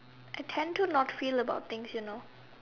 I tend to not feel about things you know